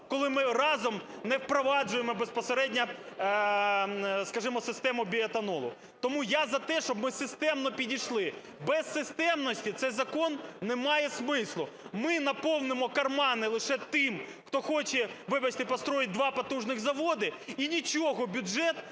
коли ми разом не впроваджуємо безпосередньо, скажімо, систему біетанолу. Тому я за те, щоб ми системно підійшли. Без системності цей закон не має смислу, ми наповнимо кармани лише тим, хто хоче вивести, побудувати два потужних заводи, і нічого бюджет